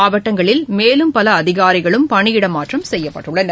மாவட்டங்களில் மேலும் பல அதிகாரிகளும் பணியிட மாற்றம் செய்யப்பட்டுள்ளனர்